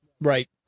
Right